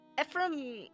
Ephraim